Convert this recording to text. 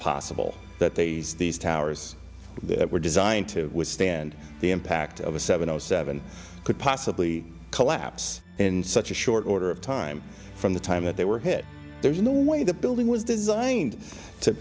possible that they used these towers that were designed to withstand the impact of a seven o seven could possibly collapse in such a short order of time from the time that they were hit there's no way the building was designed to